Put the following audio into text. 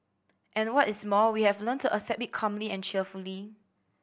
and what is more we have to learn to accept it calmly and cheerfully